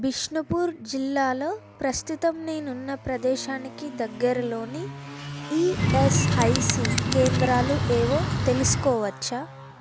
బిష్నుపూర్ జిల్లాలో ప్రస్తుతం నేనున్న ప్రదేశానికి దగ్గరలోని ఈఎస్ఐసి కేంద్రాలు ఏవో తెలుసుకోవచ్చా